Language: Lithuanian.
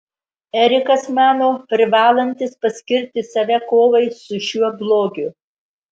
erikas mano privalantis paskirti save kovai su šiuo blogiu